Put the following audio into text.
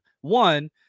One